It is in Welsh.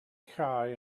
chau